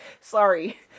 Sorry